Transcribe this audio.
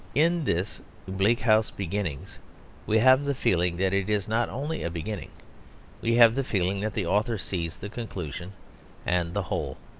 in this bleak house beginning we have the feeling that it is not only a beginning we have the feeling that the author sees the conclusion and the whole.